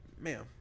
Ma'am